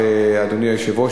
אדוני היושב-ראש,